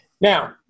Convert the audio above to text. Now